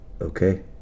Okay